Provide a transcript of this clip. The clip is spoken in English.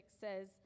says